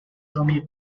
tommy